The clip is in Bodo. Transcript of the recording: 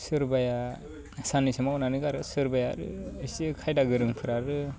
सोरबाया सान्नैसो मावनानै गारो सोरबाया आरो एसे खायदा गोरोंफ्रा आरो